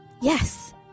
yes